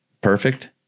perfect